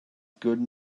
good